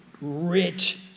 rich